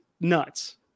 nuts